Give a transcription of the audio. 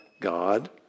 God